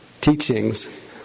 teachings